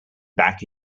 back